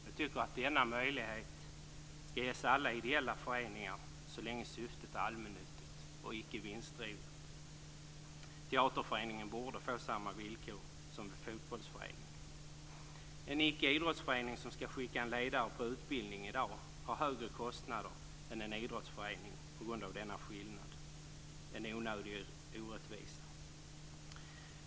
Jag tycker att denna möjlighet skall ges alla ideella föreningar så länge syftet är allmännyttigt och icke vinstdrivande. Teaterföreningen borde få samma villkor som fotbollsföreningen. En ickeidrottsförening som i dag skall skicka en ledare på utbildning har högre kostnader än en idrottsförening på grund av denna skillnad. Det är en onödig orättvisa.